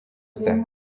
star